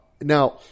Now